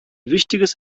wichtiges